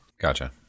Gotcha